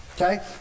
okay